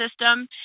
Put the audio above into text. system